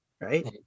Right